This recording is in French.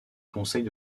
conseils